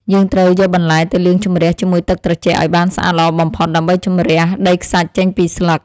យើងត្រូវយកបន្លែទៅលាងជម្រះជាមួយទឹកត្រជាក់ឱ្យបានស្អាតល្អបំផុត ដើម្បីជម្រះដីខ្សាច់ចេញពីស្លឹក។